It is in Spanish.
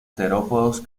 terópodos